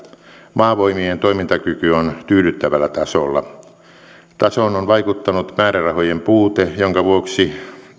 maavoimien toimintakyky on tyydyttävällä tasolla tasoon on vaikuttanut määrärahojen puute jonka vuoksi